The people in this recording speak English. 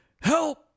help